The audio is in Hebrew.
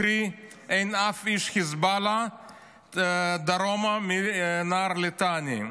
קרי, אין אף איש חיזבאללה דרומה מנהר הליטני.